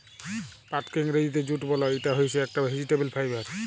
পাটকে ইংরজিতে জুট বল, ইটা হইসে একট ভেজিটেবল ফাইবার